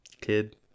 Kid